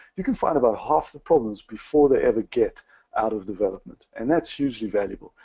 you can find about half the problems before they ever get out of development. and that's hugely valuable.